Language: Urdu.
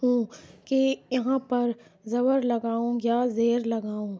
ہوں کہ یہاں پر زبر لگاؤں یا زیر لگاؤں